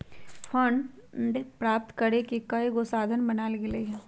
fund प्राप्त करेके कयगो साधन बनाएल गेल हइ